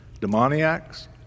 demoniacs